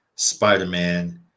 Spider-Man